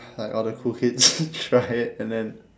like all the cool kids try it and then